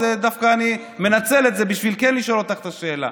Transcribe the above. אני מנצל את זה בשביל כן לשאול אותך את השאלה,